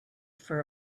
for